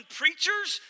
preachers